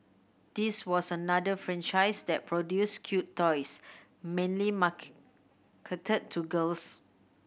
this was another franchise that produced cute toys mainly marketed to girls